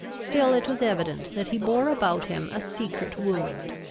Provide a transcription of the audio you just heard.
still it was evident that he bore about him a secret wound.